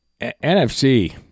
NFC